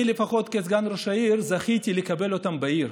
אני, לפחות, כסגן ראש עיר, זכיתי לקבל אותם בעיר.